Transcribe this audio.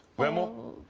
when a